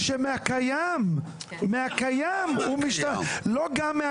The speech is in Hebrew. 20 מתוכם להקים בהרצליה כמו שהיה את אלבר שאנשים יכלו לקבל דרכון זמני